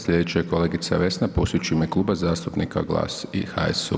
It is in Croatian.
Slijedeća je kolegica Vesna Pusić u ime Kluba zastupnika GLAS i HSU.